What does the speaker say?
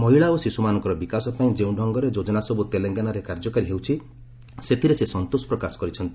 ମହିଳା ଓ ଶିଶୁମାନଙ୍କର ବିକାଶ ପାଇଁ ଯେଉଁ ଡଙ୍ଗରେ ଯୋଜନାସବୁ ତେଲଙ୍ଗାନାରେ କାର୍ଯ୍ୟକାରୀ ହେଉଛି ସେଥିରେ ସେ ସନ୍ତୋଷ ପ୍ରକାଶ କରିଛନ୍ତି